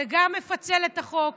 זה גם מפצל את החוק,